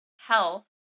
health